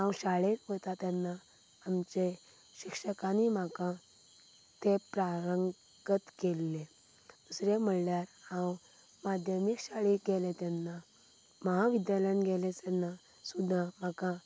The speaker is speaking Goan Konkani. हांव शाळेंत वता तेन्ना आमचें शिक्षकांनी म्हाका ते प्रारांगत केल्ले दुसरें म्हणल्यार हांव माध्यमीक शाळेक गेले तेन्ना महाविद्यालयान गेले तेन्ना सुद्दा म्हाका